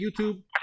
YouTube